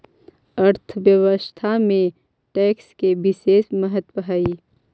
अर्थव्यवस्था में टैक्स के बिसेस महत्व हई